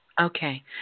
Okay